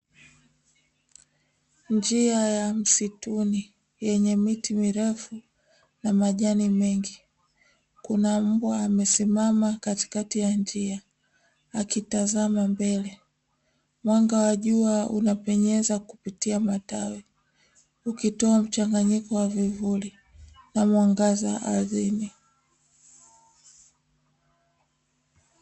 Njia ya msituni yenye miti mirefu na majani mengi; kuna mbwa amesimama katikati ya njia akitazama mbele, mwanga wa jua unapenyeza kupitia matawi ukitoa mchanganyiko na vivuli na mwangaza ardhini.